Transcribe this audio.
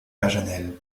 paganel